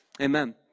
amen